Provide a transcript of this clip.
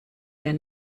der